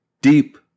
deep